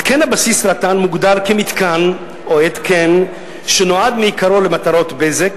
התקן הבסיס רט"ן מוגדר מתקן או התקן שנועד מעיקרו למטרות בזק,